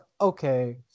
okay